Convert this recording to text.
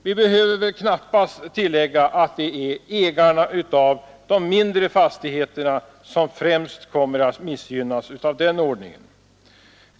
Vi behöver väl knappast tillägga att det är ägarna till de mindre fastigheterna som främst kommer att missgynnas av den ordningen.